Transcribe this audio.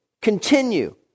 continue